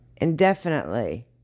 Indefinitely